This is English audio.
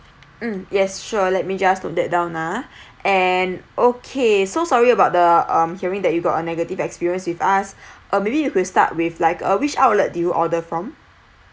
mm yes sure let me just note that down ah and okay so sorry about the um hearing that you got a negative experience with us uh may be you could start with like uh which outlet did you order from